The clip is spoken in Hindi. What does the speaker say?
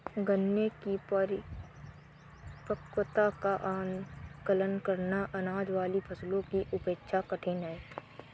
गन्ने की परिपक्वता का आंकलन करना, अनाज वाली फसलों की अपेक्षा कठिन है